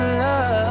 love